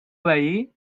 veí